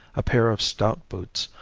a pair of stout boots,